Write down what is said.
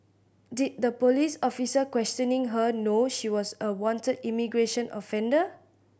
did the police officer questioning her know she was a wanted immigration offender